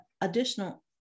additional